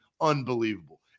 unbelievable